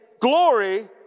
glory